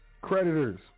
Creditors